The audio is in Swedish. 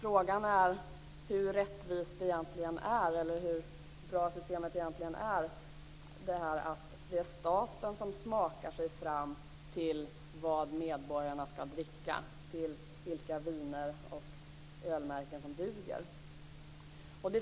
Frågan är hur rättvist och bra systemet egentligen är att det är staten som smakar sig fram till vad medborgarna skall dricka - vilka viner och ölmärken som duger.